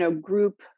group